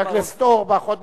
חבר הכנסת אורבך,